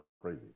crazy